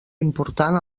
important